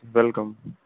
welcome